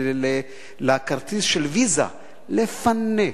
לכרטיס של "ויזה" לפנק,